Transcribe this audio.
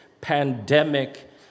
pandemic